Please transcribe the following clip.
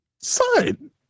Son